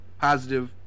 positive